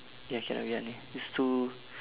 ya cannot denaiyi it's too